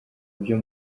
byo